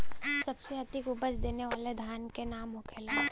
सबसे अधिक उपज देवे वाला धान के का नाम होखे ला?